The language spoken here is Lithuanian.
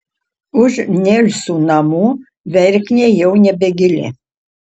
už nelsų namų verknė jau nebegili